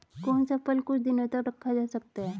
कौन सा फल कुछ दिनों तक रखा जा सकता है?